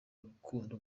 urukundo